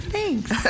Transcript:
Thanks